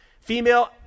Female